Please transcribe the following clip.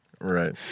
Right